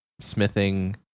smithing